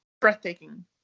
breathtaking